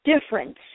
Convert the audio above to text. difference